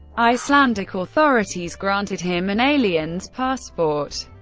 icelandic authorities granted him an alien's passport.